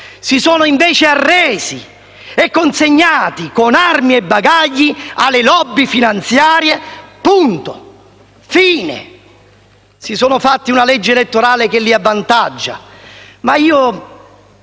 si sono invece arresi e consegnati con armi e bagagli alle *lobby* finanziarie. Punto. Fine. Si sono fatti una legge elettorale che li avvantaggia. Ma io